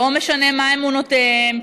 לא משנה מה אמונותיהם,